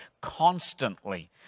constantly